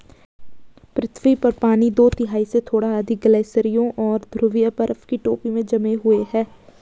पृथ्वी पर पानी दो तिहाई से थोड़ा अधिक ग्लेशियरों और ध्रुवीय बर्फ की टोपी में जमे हुए है